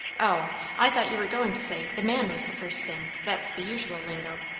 oh i thought you were going to say the man was the first thing. that's the usual lingo.